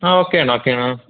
ആ ഓക്കെയാണ് ഓക്കെയാണ് ആ